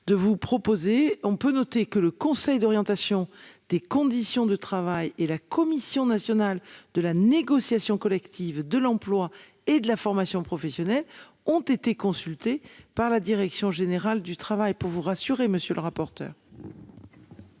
de vous proposer. On peut noter que le conseil d'orientation des conditions de travail et la Commission nationale de la négociation collective de l'emploi et de la formation professionnelle, ont été consultés par la direction générale du travail pour vous rassurer monsieur le rapporteur.